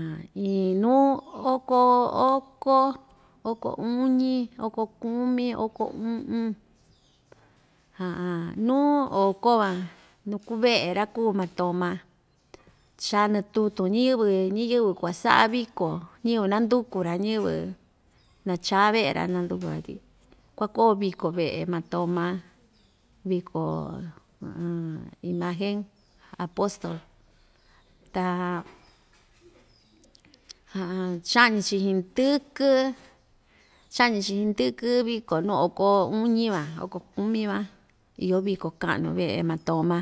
iin nuu oko oko oko uñi oko kumi oko uꞌun nuu oko van nuu kuu veꞌe ra‑kuu matoma cha natutun ñiyɨvɨ ñɨyɨvɨ kua saꞌa viko ñiyɨvɨ inanduku‑ra ñiyɨvɨ nachaa veꞌe‑ra nanduku‑ra tyi kua‑koo viko veꞌe matoma viko imagen apostol ta chaꞌñi‑chi xindɨkɨ chaꞌñi‑chi xindɨkɨ viko nuu oko uñi yukuan oko kumi van iyo viko kaꞌnu veꞌe matoma